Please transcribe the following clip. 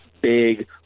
big